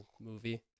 movie